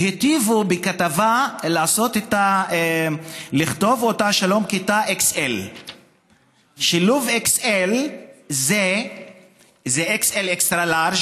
והיטיבו בכתבה לכתוב: שלום כיתה XL. שילוב: XL זה Extra large,